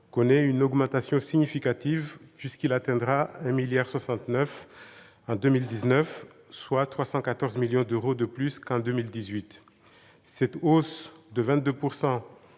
connaît une augmentation significative, puisqu'il atteindra 1,69 milliard d'euros en 2019, soit 314 millions d'euros de plus qu'en 2018. Monsieur le